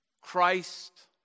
Christ